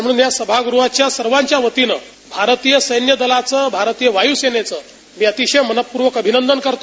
म्हणून या सभागृहाच्या सर्वाच्या वतीनं भारतीय सैन्य दलाचं भारतीय वायू सेनेचं मी अतिशय मनःपूर्वक करतो